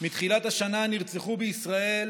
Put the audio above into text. מתחילת השנה נרצחו בישראל